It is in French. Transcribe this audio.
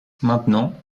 maintenant